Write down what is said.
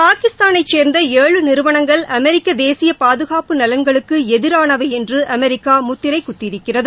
பாகிஸ்தானை சேர்ந்த ஏழு நிறுவனங்கள் அமெரிக்க தேசிய பாதுகாப்பு நலன்களுக்கு எதிரானவை என்று அமெரிக்கா முத்திரை குத்தியிருக்கிறது